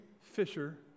fisher